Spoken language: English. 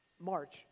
March